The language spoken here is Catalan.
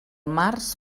març